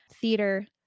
theater